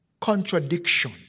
contradiction